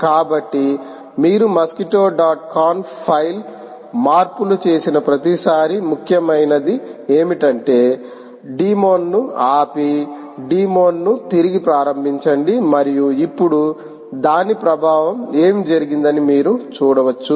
కాబట్టి మీరు Mosquitto dot conf ఫైల్లో మార్పులు చేసిన ప్రతిసారీ ముఖ్యమైనది ఏమిటంటే డిమోన్ ను ఆపి డిమోన్ను తిరిగి ప్రారంభించండి మరియు ఇప్పుడు దాని ప్రభావం ఏమి జరిగిందని మీరు చూడవచ్చు